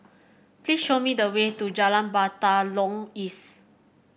please show me the way to Jalan Batalong East